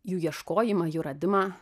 jų ieškojimą jų radimą